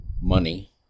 money